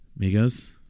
Migas